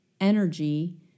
energy